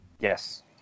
yes